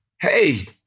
Hey